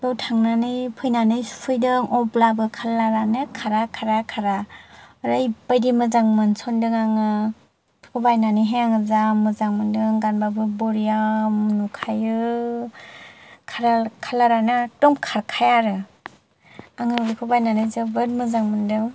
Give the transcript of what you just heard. बेयाव थांनानै फैनानै सुफैदों अब्लाबो खालारानो खारा खारा खारा ओरैबायदि मोजां मोनस'नदों आङो बेखौ बायनानैहाय आङो जा मोजां मोनदों गानबाबो बरिया नुखायो खालारानो एखदम खारखाया आरो आङो बेखौ बायनानै जोबोद मोजां मोनदों